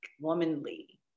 womanly